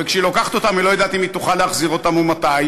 וכשהיא לוקחת אותם היא לא יודעת אם היא תוכל להחזיר אותם ומתי,